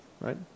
right